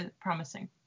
promising